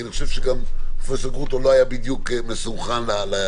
כי אני חושב שפרופ' גרוטו לא היה בדיוק מסונכרן לעניין.